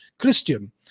Christian